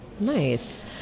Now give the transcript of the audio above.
Nice